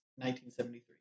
1973